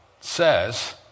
says